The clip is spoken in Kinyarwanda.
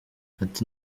ati